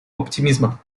оптимизма